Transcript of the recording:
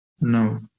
No